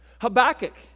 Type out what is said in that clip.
Habakkuk